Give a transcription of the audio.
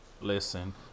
Listen